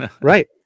right